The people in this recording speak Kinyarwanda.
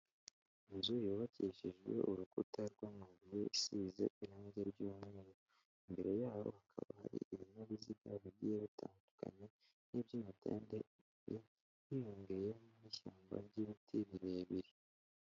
Inzu yubakishijwe urukuta rw'amabuye, isize irangi ry'umweru, imbere yaho hakaba hari ibinyabiziga bigiye bitandukanye, nk'iby'imitende, hiyongeye n'ishyamba ry'ibiti birebire.